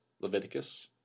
Leviticus